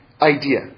idea